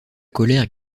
colère